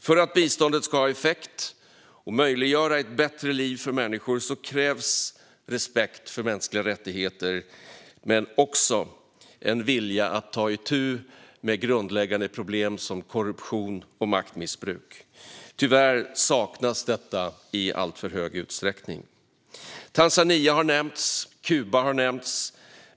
För att biståndet ska ha effekt och möjliggöra ett bättre liv för människor krävs respekt för mänskliga rättigheter men också en vilja att ta itu med grundläggande problem som korruption och maktmissbruk. Tyvärr saknas detta i alltför hög utsträckning. Tanzania har nämnts. Kuba har nämnts.